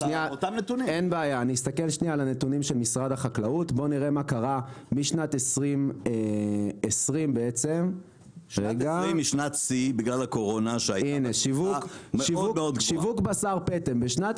בוא נראה מה קרה משנת 2020. שיווק בשר פטם: בשנת